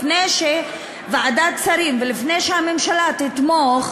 לפני ועדת השרים ולפני שהממשלה תתמוך,